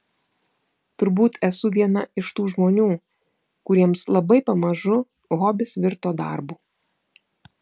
turbūt esu viena iš tų žmonių kuriems labai pamažu hobis virto darbu